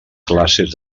classes